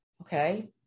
Okay